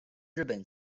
日本